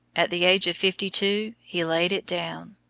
at the age of fifty-two he laid it down.